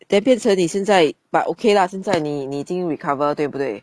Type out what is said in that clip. then 变成你现在 but okay lah 现在你你已经 recover 对不对